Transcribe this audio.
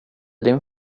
din